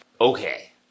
Okay